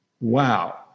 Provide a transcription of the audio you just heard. wow